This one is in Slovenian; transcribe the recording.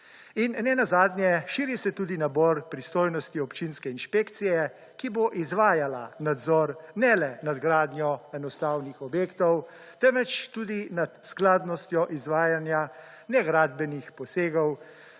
Nenazadnje širi se tudi nabor pristojnosti občinske inšpekcije, ki bo izvajala nadzor ne le nad gradnjo enostavnih objektov temveč tudi nad skladnostjo izvajanja ne gradbenih posegov